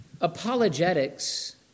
apologetics